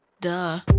duh